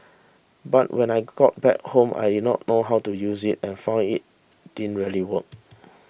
but when I got back home I didn't know how to use it and found it didn't really work